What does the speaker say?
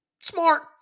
Smart